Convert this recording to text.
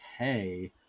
okay